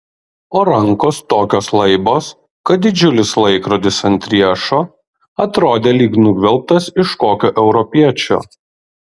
o rankos tokios laibos kad didžiulis laikrodis ant riešo atrodė lyg nugvelbtas iš kokio europiečio